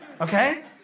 okay